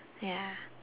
ya